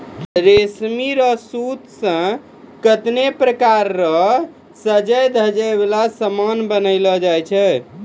रेशमी रो सूत से कतै नै प्रकार रो सजवै धजवै वाला समान बनैलो जाय छै